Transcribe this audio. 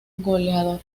goleador